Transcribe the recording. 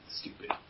stupid